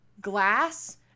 glass